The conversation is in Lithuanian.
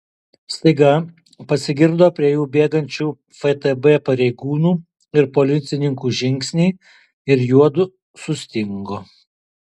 staiga pasigirdo prie jų bėgančių ftb pareigūnų ir policininkų žingsniai ir juodu sustingo